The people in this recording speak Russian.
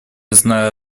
знаю